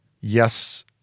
Yes